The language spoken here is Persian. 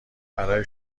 برای